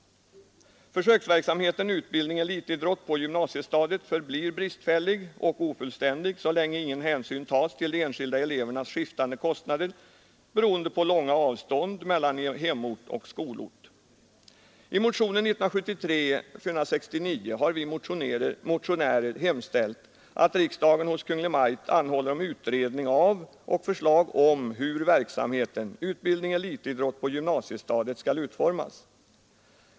Försöksverksamheten utbildning-elitidrott på gymnasiestadiet förblir bristfällig och ofullständig så länge ingen hänsyn tas till de enskilda elevernas skiftande kostnader, beroende på bl.a. långa avstånd mellan hemort och skolort. I motionen 469 har vi motionärer hemställt att riksdagen hos Kungl. Maj:t anhåller om utredning av och förslag hur verksamheten utbildningelitidrott på gymnasiestadiet skall utformas.